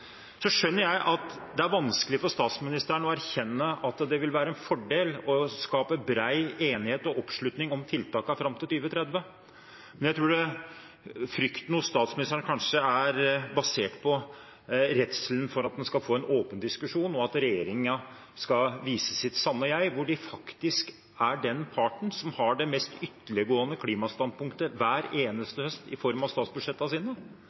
skjønner at det er vanskelig for statsministeren å erkjenne at det vil være en fordel å skape bred enighet og oppslutning om tiltakene fram til 2030. Men jeg tror at frykten hos statsministeren kanskje er basert på redselen for at en skal få en åpen diskusjon, og at regjeringen skal vise sitt sanne jeg, hvor de faktisk er den parten som har det mest ytterliggående klimastandpunktet hver eneste høst i form av statsbudsjettene sine.